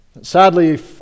Sadly